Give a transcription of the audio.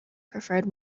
preferred